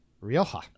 Rioja